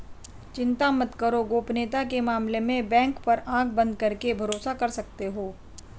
चिंता मत करो, गोपनीयता के मामले में बैंक पर आँख बंद करके भरोसा कर सकते हो